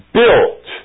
built